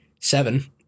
seven